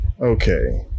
Okay